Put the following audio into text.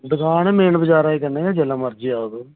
दुकान मेन बजारै कन्नै जेल्लै मर्ज़ी आएओ तुस